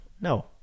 No